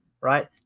right